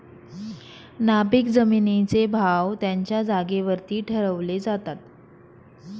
नापीक जमिनींचे भाव त्यांच्या जागेवरती ठरवले जातात